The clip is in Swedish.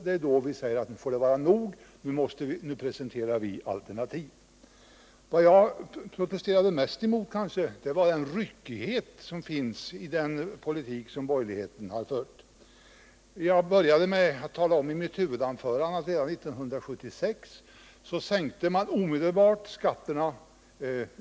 Då säger vi att det får vara nog — nu presenterar vi alternativ. Vad jag protesterar mest emot är kanske ryckigheten i den politik som borgerligheten har fört. Jag började med att tala om i mitt huvudanförande att redan 1976 sänkte man omedelbart skatterna.